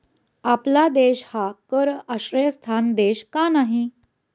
आपला देश हा कर आश्रयस्थान देश का नाही?